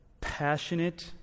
passionate